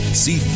see